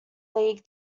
league